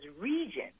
region